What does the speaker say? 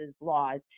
laws